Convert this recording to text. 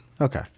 Okay